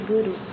Guru